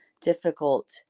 difficult